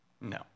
No